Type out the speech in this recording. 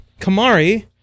Kamari